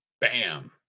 Bam